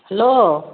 hello